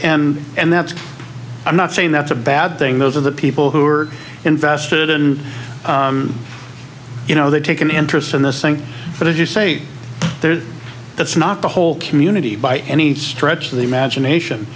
and and that's i'm not saying that's a bad thing most of the people who are invested in you know they take an interest in this thing but as you say that's not the whole community by any stretch of the imagination